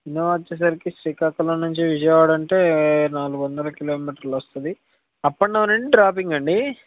Innova వచ్చేసరికి శ్రీకాకుళం నుంచి విజయవాడ అంటే నాలుగు వందల కిలోమీటర్ లు వస్తది అప్ అండ్ డౌన్ అండి డ్రాపింగ్ ఆ అండి